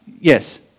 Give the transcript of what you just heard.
Yes